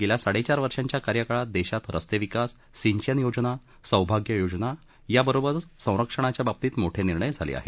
गेल्या साडेचार वर्षाच्या कार्यकाळात देशात रस्ते विकास सिंचन योजना सौभाग्य योजना याबरोबरच संरक्षणाच्या बाबतीत मोठे निर्णय झाले आहेत